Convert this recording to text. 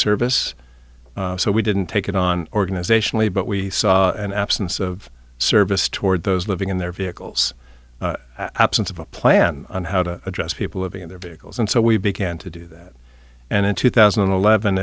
service so we didn't take it on organizationally but we saw an absence of service toward those living in their vehicles absence of a plan on how to address people living in their vehicles and so we began to do that and in two thousand and eleven